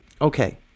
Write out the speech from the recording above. okay